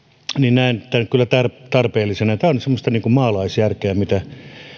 näen tämän kyllä tarpeellisena ja tämä on nyt semmoista maalaisjärkeä mitä